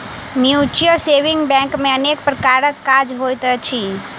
mutual saving bank मे अनेक प्रकारक काज होइत अछि